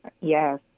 Yes